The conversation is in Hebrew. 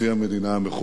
מכובדי כולם,